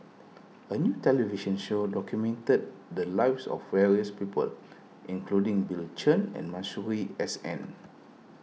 a new television show documented the lives of various people including Bill Chen and Masuri S N